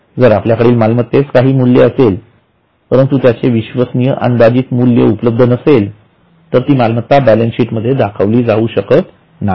जर आपल्याकडील मालमत्तेस काही मूल्य असेल परंतु त्याचे विश्वसनीय अंदाजित मूल्य उपलब्ध नसेल तर ती मालमत्ता बॅलन्सशिट मध्ये दाखवली जाऊ शकत नाही